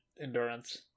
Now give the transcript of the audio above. endurance